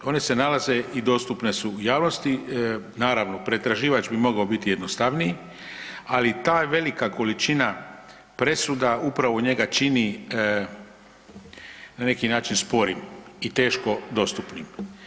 One se nalaze i dostupne su javnosti, naravno pretraživač bi mogao biti jednostavniji, ali ta velika količina presuda upravo njega čini na neki način sporim i teško dostupnim.